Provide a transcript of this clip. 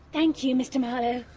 thank you, mr marlowe.